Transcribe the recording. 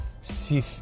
see